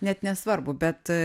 net nesvarbu bet